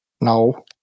no